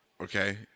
okay